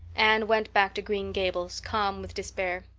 anne went back to green gables calm with despair.